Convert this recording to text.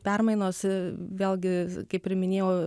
permainos vėlgi kaip ir minėjau